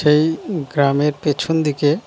সেই গ্রামের পেছন দিকে